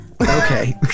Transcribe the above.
okay